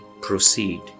proceed